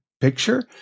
picture